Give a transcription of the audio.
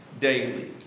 daily